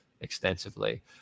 extensively